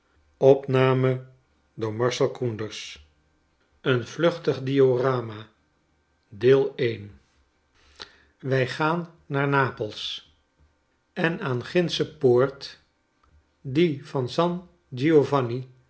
een vluchtig diorama wij gaan naar napels en aan gindsche poort die van